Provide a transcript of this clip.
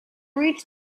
reached